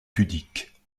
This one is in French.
pudique